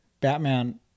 batman